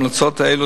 ההמלצות האלו,